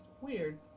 Weird